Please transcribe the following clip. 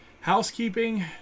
housekeeping